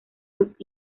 los